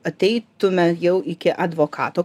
ateitume jau iki advokato